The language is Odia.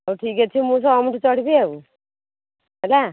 ହଉ ଠିକ୍ ଅଛି ମୁଁ ସମ ରୁ ଚଢ଼ିବି ଆଉ ହେଲା